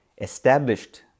established